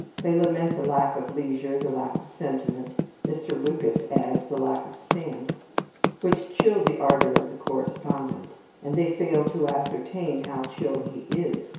they lament the lack of leisure, the lack of sentiment mr. lucas adds the lack of stamps which chill the ardour of the correspondent and they fail to ascertain how chilled he is,